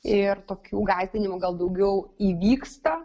ir tokių gąsdinimų gal daugiau įvyksta